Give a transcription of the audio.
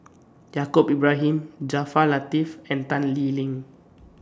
Yaacob Ibrahim Jaafar Latiff and Tan Lee Leng